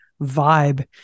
vibe